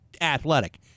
athletic